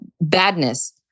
badness